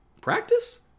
Practice